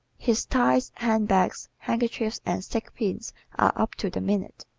his ties, handbags, handkerchiefs and stick pins are up to the minute.